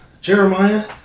Jeremiah